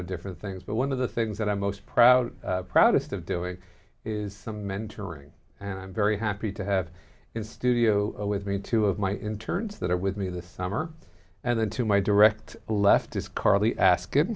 of different things but one of the things that i'm most proud proudest of doing is some mentoring and i'm very happy to have in studio with me two of my interns that are with me this summer and then to my direct left is carly as